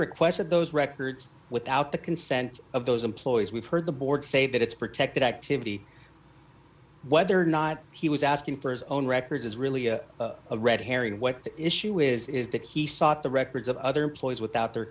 requests of those records without the consent of those employees we've heard the board say that it's protected activity whether or not he was asking for his own records is really a red herring what the issue is is that he sought the records of other employees without their